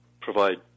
provide